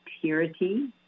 purity